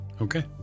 Okay